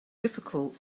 difficult